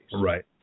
Right